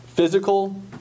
Physical